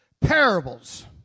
parables